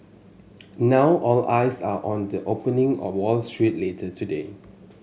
now all eyes are on the opening on Wall Street later today